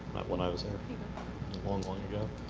when i was there, long, long ago.